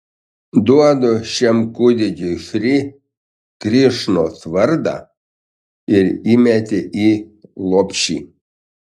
duodu šiam kūdikiui šri krišnos vardą ir įmetė į lopšį